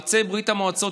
יוצאי ברית המועצות,